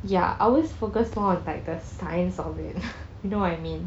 ya I always focus more like the science of it you know what I mean